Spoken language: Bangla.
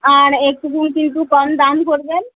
আর একটুকু কিন্তু কম দাম করবেন